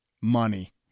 money